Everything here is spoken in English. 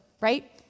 right